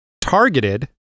targeted